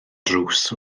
drws